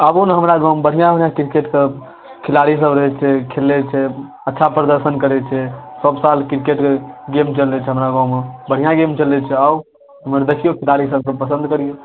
आबु ने हमरा गाम बढ़िआँ होएत के खिलाड़ी सब रहै छै खेलैत छै अच्छा प्रदर्शन करैत छै सब साल क्रिकेटके गेम चलैत छै हमरा गावँमे बढ़िआँ गेम चलैत छै आउ ओहिमे देखिऔ खिलाड़ी सबके पसन्द करिऔ